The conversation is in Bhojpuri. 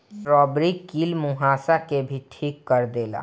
स्ट्राबेरी कील मुंहासा के भी ठीक कर देला